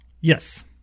Yes